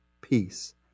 peace